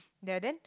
there then